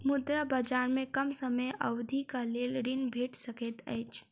मुद्रा बजार में कम समय अवधिक लेल ऋण भेट सकैत अछि